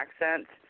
accents